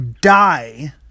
die